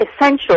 essential